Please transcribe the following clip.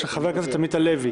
של ח"כ עמית הלוי.